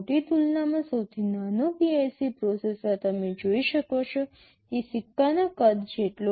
તુલનામાં સૌથી નાનો PIC પ્રોસેસર તમે જોઈ શકો છો તે સિક્કાના કદ જેટલો છે